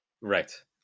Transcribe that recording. Right